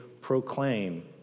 proclaim